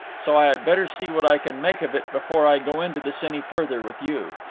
so i had better see what i can make of it before i go into this any further with you.